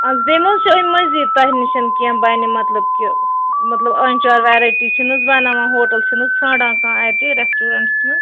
اہن حظ بیٚیہِ مہٕ حظ چھُ اَمہِ مزیٖد تۄہہِ نِش کینٛہہ بَنہِ مطلب کہِ مطلب آنٛچار ویٚرایٹی چھِنہٕ حظ بناوان ہوٹل چھِنہٕ حظ ژھانڈان کانٛہہ اَتہِ ریٚسٹورنٹَس مَنٛز